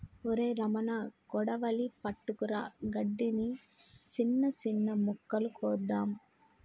ఒరై రమణ కొడవలి పట్టుకురా గడ్డిని, సిన్న సిన్న మొక్కలు కోద్దాము